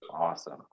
awesome